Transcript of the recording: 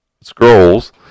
scrolls